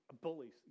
bullies